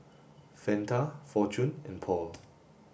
Fanta Fortune and Paul